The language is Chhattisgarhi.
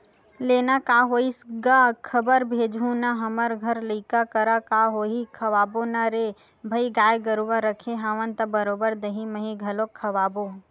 लेना काय होइस गा खबर भेजहूँ ना हमर घर लइका करा का होही खवाबो ना रे भई गाय गरुवा रखे हवन त बरोबर दहीं मही घलोक खवाबो